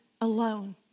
alone